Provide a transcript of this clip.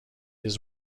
his